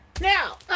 Now